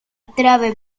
trave